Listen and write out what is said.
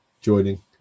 joining